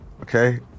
okay